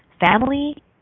family